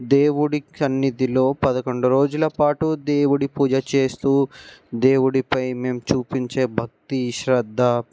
దేవుడి సన్నిధిలో పదకొండు రోజులపాటు దేవుడి పూజ చేస్తూ దేవుడిపై మేము చూపించే భక్తి శ్రద్ధ